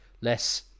less